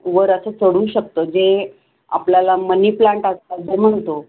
वर असं चढू शकतं जे आपल्याला मनी प्लांट असतात जे म्हणतो